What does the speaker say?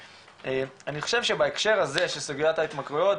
אני חושב שבהקשר הזה של סוגיית ההתמכרויות,